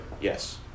yes